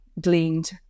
gleaned